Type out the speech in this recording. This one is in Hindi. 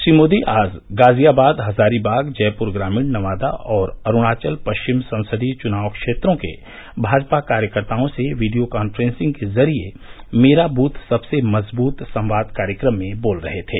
श्री मोदी आज गाज़ियाबाद हज़ारीबाग जयपुर ग्रामीण नवादा और अरूणावल पश्चिम संसदीय चुनाव क्षेत्रों के भाजपा कार्यकर्ताओं से वीडियो कांफ्रेंसिंग के ज़रिए मेरा बूथ सबसे मज़बूत संवाद कार्यक्रम में बोल रहे थे